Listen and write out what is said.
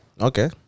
okay